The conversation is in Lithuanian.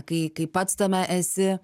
kai kai pats tame esi